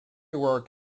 work